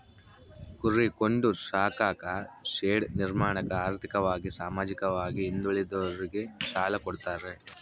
ಕುರಿ ಕೊಂಡು ಸಾಕಾಕ ಶೆಡ್ ನಿರ್ಮಾಣಕ ಆರ್ಥಿಕವಾಗಿ ಸಾಮಾಜಿಕವಾಗಿ ಹಿಂದುಳಿದೋರಿಗೆ ಸಾಲ ಕೊಡ್ತಾರೆ